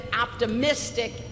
optimistic